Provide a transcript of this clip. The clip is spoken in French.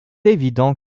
évident